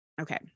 okay